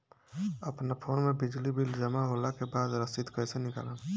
अपना फोन मे बिजली बिल जमा होला के बाद रसीद कैसे निकालम?